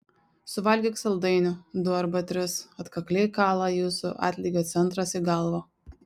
suvalgyk saldainį du arba tris atkakliai kala jūsų atlygio centras į galvą